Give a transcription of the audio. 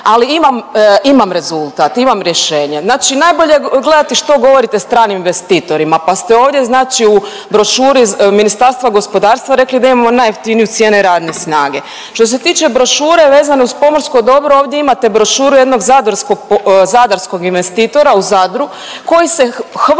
imam rezultat, imam rješenje. Znači najbolje je gledati što govorite stranim investitorima, pa ste ovdje znači u brošuri Ministarstva gospodarstva rekli da imamo najjeftiniju cijene radne snage. Što se tiče brošure vezane uz pomorsko dobro ovdje imate brošuru jednog zadarskog, zadarskog investitora u Zadru koji se hvali